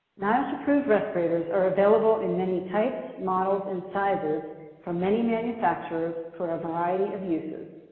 niosh approved respirators are available in many types, models, and sizes from many manufacturers for a variety of uses.